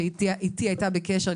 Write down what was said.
שאיתי היא הייתה בקשר,